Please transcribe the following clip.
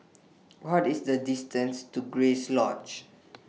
What IS The distances to Grace Lodge